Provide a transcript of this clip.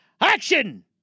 action